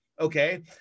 Okay